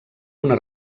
una